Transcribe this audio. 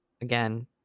again